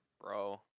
Bro